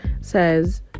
says